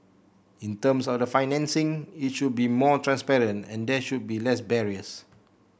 in terms of the financing it should be more transparent and there should be less barriers